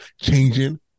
Changing